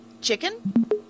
Chicken